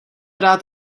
rád